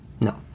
No